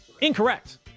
incorrect